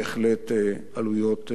בהחלט עלויות גבוהות.